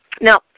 Now